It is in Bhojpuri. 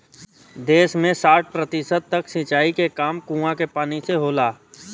देस में साठ प्रतिशत तक सिंचाई के काम कूंआ के पानी से होला